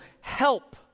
help